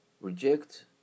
Reject